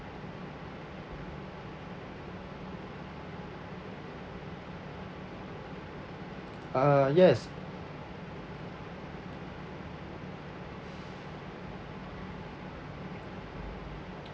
uh yes